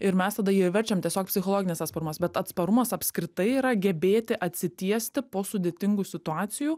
ir mes tada jį verčiam tiesiog psichologinis atsparumas bet atsparumas apskritai yra gebėti atsitiesti po sudėtingų situacijų